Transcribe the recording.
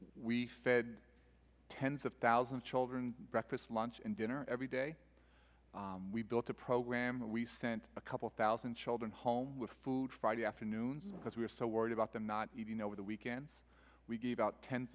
we fed tens of thousands of children breakfast lunch and dinner every day we built a program we sent a couple thousand children home with food friday afternoons because we were so worried about them not even over the weekends we gave out tens